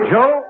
Joe